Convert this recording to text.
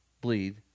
bleed